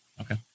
Okay